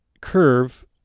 curve